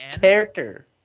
character